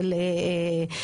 לשאלת חבר הכנסת הרצנו,